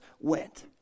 went